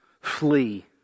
flee